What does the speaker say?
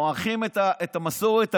ככל שמועכים את המסורת,